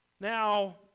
Now